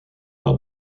par